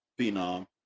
phenom